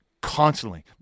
constantly